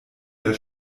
der